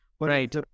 right